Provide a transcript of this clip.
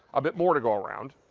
but more to go around.